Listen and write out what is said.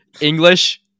English